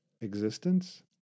existence